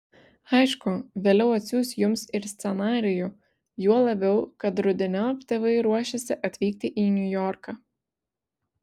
aišku vėliau atsiųs jums ir scenarijų juo labiau kad rudeniop tėvai ruošiasi atvykti į niujorką